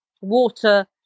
water